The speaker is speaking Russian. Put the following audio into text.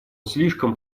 слишком